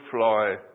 fly